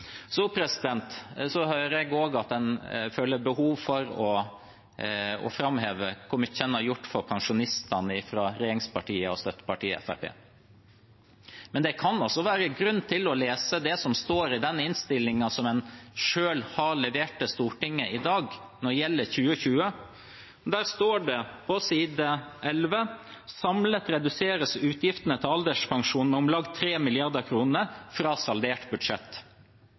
hører også at en føler behov for å framheve hvor mye regjeringspartiene og støttepartiet Fremskrittspartiet har gjort for pensjonistene. Det kan også være grunn til å lese det som står i proposisjonen en selv har levert til Stortinget, og som behandles i dag, når det gjelder 2020. Der står det på side 11: «Samlet reduseres utgiftene til alderspensjon med om lag 3 mrd. kroner fra saldert budsjett.»